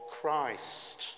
Christ